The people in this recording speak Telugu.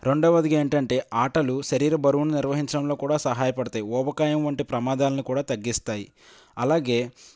రెండవదిగా ఏంటంటే ఆటలు శరీర బరువును నిర్వహించడంలో కూడా సహాయపడతాయి ఊబకాయం వంటి ప్రమాదాలను కూడా తగ్గిస్తాయి అలాగే